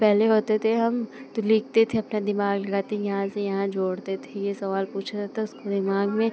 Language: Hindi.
पहले होते थे हम तो लिखते थे अपना दिमाग़ लगाते यहाँ से यहाँ जोड़ते थे यह सवाल पूछा जाता उसको दिमाग़ में